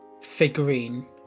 figurine